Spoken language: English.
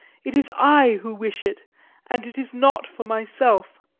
it is i who wish it and it is not for myself.